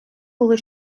були